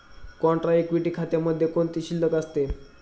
Contra equity खात्यामध्ये कोणती शिल्लक असते?